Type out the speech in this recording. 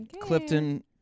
Clifton